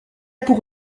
pour